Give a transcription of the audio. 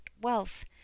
wealth